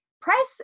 Press